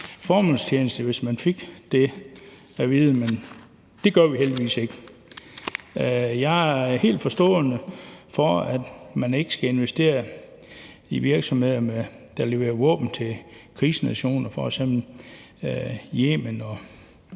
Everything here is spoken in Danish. formålstjenligt, hvis man fik det at vide. Men det gør vi heldigvis ikke. Jeg er helt forstående over for, at man ikke skal investere i virksomheder, der leverer våben til krigsnationer, f.eks. Yemen og